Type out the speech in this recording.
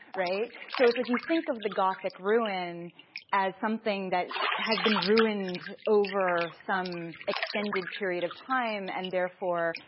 right? so it's like you think of the gothic ruin as something that has been ruined over some extended period of time, and therefore,